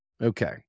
Okay